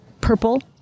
purple